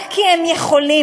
רק כי הם יכולים.